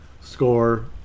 Score